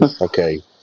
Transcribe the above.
Okay